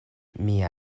mia